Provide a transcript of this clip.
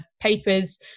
papers